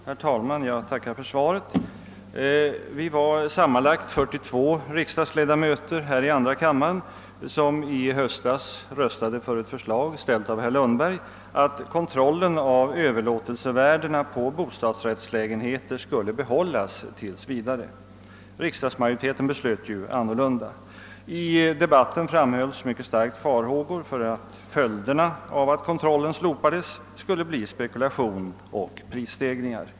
Herr talman! Jag tackar för svaret. Vi var sammanlagt 42 riksdagsledamöter här i andra kammaren som i höstas röstade för ett förslag, ställt av herr Lundberg, om att kontrollen av överlåtelsevärdena på bostadsrättslägenheter skulle behållas tills vidare. Riksdagsmajoriteten beslöt emellertid annorlunda. I den debatten framfördes mycket starka farhågor för att följderna av ett slopande av kontrollen av överlåtelsevärdena skulle bli spekulation och prisstegringar.